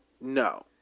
No